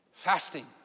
Fasting